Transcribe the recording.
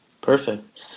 Perfect